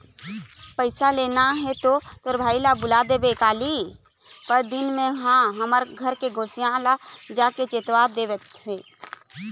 पइसा लेना हे तो तोर भाई ल बुला देबे काली, परनदिन में हा हमर घर के गोसइया ल जाके चेता देथव